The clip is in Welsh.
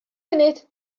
funud